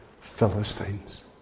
Philistines